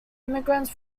immigrants